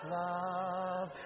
love